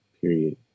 period